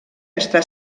està